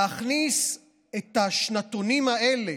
להכניס את השנתונים האלה,